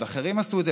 עוד אחרים עשו את זה,